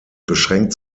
beschränkt